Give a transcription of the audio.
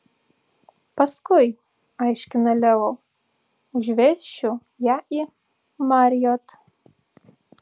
paskui aiškina leo užvešiu ją į marriott